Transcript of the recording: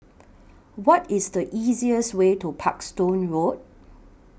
What IS The easiest Way to Parkstone Road